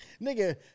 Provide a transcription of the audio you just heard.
nigga